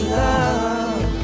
love